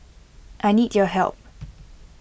I need your help